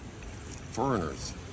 Foreigners